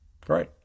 great